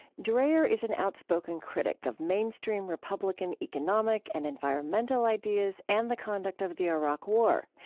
dreher is an outspoken critic of mainstream republican economic and environmental ideas and the conduct of the iraq war.